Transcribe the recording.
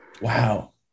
wow